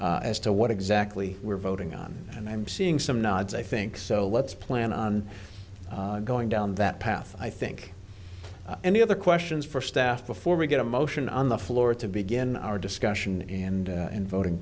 clear as to what exactly we're voting on and i'm seeing some nods i think so let's plan on going down that path i think and the other questions for staff before we get a motion on the floor to begin our discussion and in voting